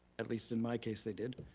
at least in my case they did.